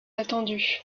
attendu